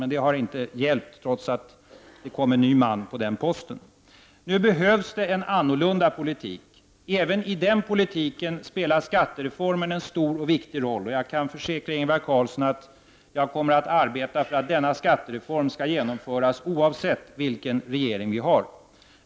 Men det har inte hjälpt, trots att det kom en ny man på civilministerposten. Nu behövs det en annorlunda politik. Även i den politiken spelar skattereformen en stor och viktig roll. Och jag kan försäkra Ingvar Carlsson om att jag kommer att arbeta för att denna skattereform skall genomföras oavsett vilken regering som Sverige har.